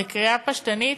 בקריאה פשטנית,